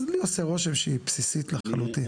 שעושה רושם שהיא בסיסית לחלוטין.